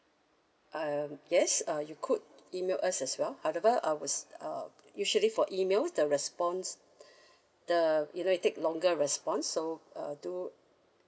um yes uh you could email us as well however uh was uh usually for emails the response the you know it take longer response so uh do